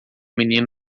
menino